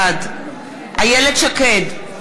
בעד איילת שקד,